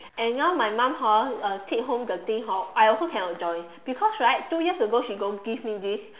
and now my mom hor uh take home the thing hor I also cannot join because right two years ago she go give me this